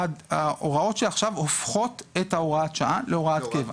ההוראות שעכשיו הופכות את הוראת השעה להוראת קבע.